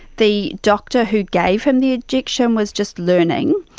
the doctor who gave him the injection was just learning,